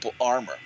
armor